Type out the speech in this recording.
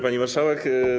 Pani Marszałek!